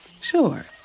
Sure